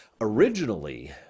Originally